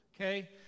Okay